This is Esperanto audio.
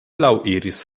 laŭiris